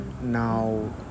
Now